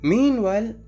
Meanwhile